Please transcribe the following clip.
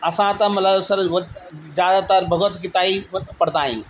असां त मतिलबु ज्यादातर भगवत गीता ई पढ़ंदा आहियूं